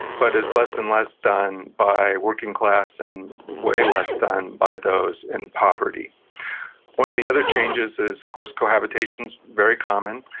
but is less and less done by working class, and way less done by those in poverty one of the other changes is, of course, cohabitation's very common,